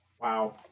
Wow